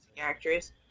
actress